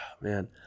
Man